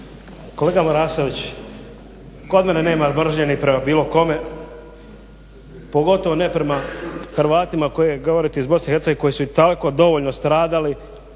Kolega Marasović kod mene nema mržnje ni prema bilo kome, pogotovo ne prema Hrvatima koje govorite iz BiH koji su i tako dovoljno stradali